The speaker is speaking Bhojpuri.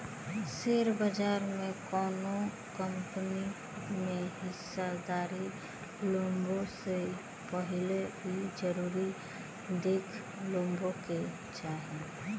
शेयर बाजार में कौनो कंपनी में हिस्सेदारी लेबे से पहिले इ जरुर देख लेबे के चाही